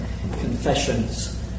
Confessions